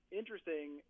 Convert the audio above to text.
interesting